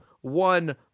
one